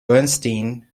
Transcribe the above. bernstein